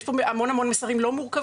יש פה הרבה מאוד מסרים לא מורכבים,